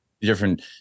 different